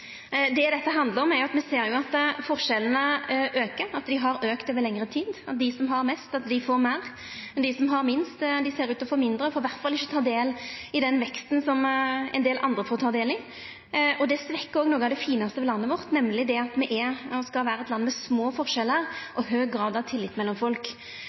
Det dette handlar om, er at me ser at forskjellane aukar, og at dei har auka over lengre tid. Dei som har mest, får meir. Dei som har minst, ser ut til å få mindre, dei får iallfall ikkje ta del i den veksten som ein del andre får ta del i. Det svekkjer noko av det finaste ved landet vårt, nemleg at me skal vera eit land med små forskjellar og høg grad av tillit mellom folk.